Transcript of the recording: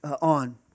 on